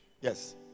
Yes